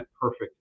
perfect